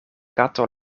kato